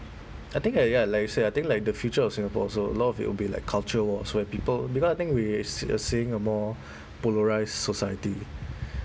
I think like ya like you said uh I think like the future of singapore also a lot of it will be like culture wars where people because I think we s~ uh seeing a more polarised society